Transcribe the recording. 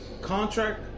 contract